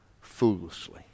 foolishly